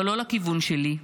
אבל לא לכיוון שלי,